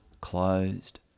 closed